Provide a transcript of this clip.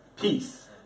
peace